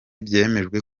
byemejwe